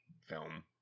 film